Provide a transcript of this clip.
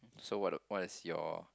so what a what is your